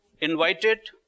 invited